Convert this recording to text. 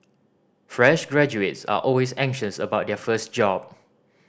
fresh graduates are always anxious about their first job